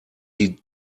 die